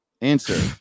answer